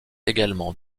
également